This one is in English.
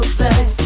sex